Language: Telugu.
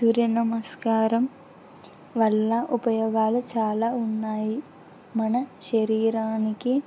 సూర్యనమస్కారం వల్ల ఉపయోగాలు చాలా ఉన్నాయి మన శరీరానికి